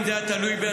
אם זה היה תלוי בי,